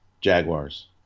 Jaguars